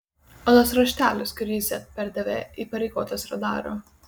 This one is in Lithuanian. o tas raštelis kurį z perdavė įpareigotas radaro